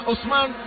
Osman